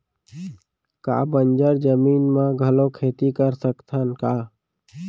का बंजर जमीन म घलो खेती कर सकथन का?